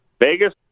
Vegas